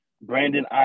Brandon